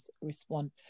respond